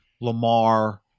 Lamar